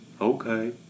Okay